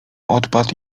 opadł